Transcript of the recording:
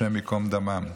השם ייקום דמם.